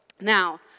Now